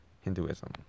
Hinduism